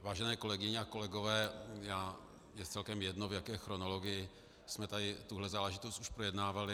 Vážené kolegyně a kolegové, je celkem jedno, v jaké chronologii jsme tady tuhle záležitost už projednávali.